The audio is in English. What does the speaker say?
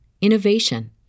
innovation